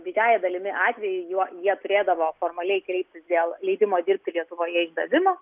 didžiąja dalimi atvejų juo jie turėdavo formaliai kreiptis dėl leidimo dirbti lietuvoje išdavimo